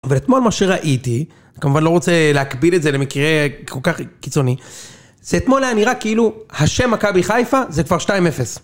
אבל אתמול מה שראיתי, אני כמובן לא רוצה להקביל את זה למקרה כל כך קיצוני, זה אתמול היה נראה כאילו, השם מכבי חיפה זה כבר שתיים אפס.